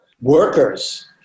workers